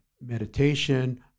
meditation